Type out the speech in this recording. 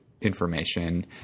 information